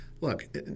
look